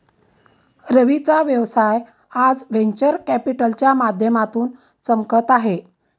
रवीचा व्यवसाय आज व्हेंचर कॅपिटलच्या माध्यमातून चमकत आहे